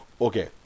Okay